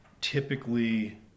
typically